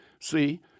See